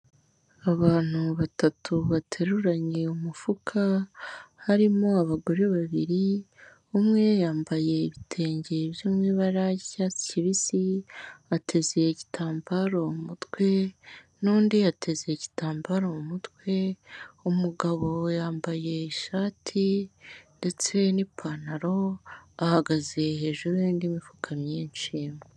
Abantu batatu bateruranye umufuka, harimo abagore babiri, umwe yambaye ibitenge byo mu ibara ry'icyatsi kibisi, ateze igitambaro mu mutwe, n'undi yateze igitambaro mu mutwe, umugabo yambaye ishati ndetse n'ipantaro, ahagaze hejuru y'indi mifuka myinshi.